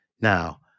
Now